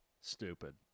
stupid